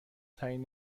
ترین